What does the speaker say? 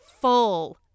full